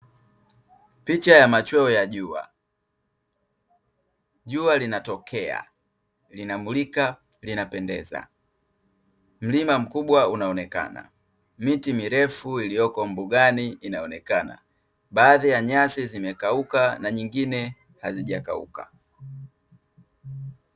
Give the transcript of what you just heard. Picha ya machweo ya jua. Jua linatokea, linamulika, linapendeza. Mlima mkubwa unaonekana, miti mirefu iliyoko mbugani inaonekana. Baadhi ya nyasi zimekauka na nyingine hazijakauka.